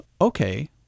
okay